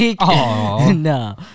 No